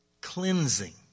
cleansing